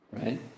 right